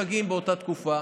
יש חגים באותה תקופה